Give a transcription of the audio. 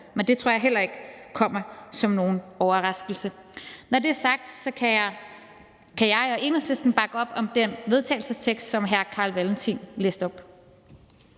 Men det tror jeg heller ikke kommer som nogen overraskelse. Når det er sagt, kan jeg og Enhedslisten bakke op om den vedtagelsestekst, som hr. Carl Valentin læste op.